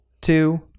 two